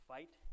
Fight